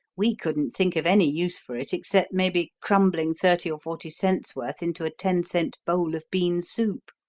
we couldn't think of any use for it except maybe crumbling thirty or forty cents' worth into a ten-cent bowl of bean soup.